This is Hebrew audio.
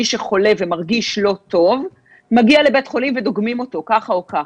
מי שחולה ומרגיש לא טוב מגיע לבית החולים ודוגמים אותו כך או כך.